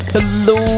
Hello